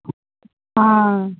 ஆ